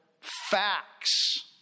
facts